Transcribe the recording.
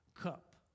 cup